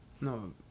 No